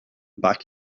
back